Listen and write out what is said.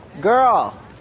Girl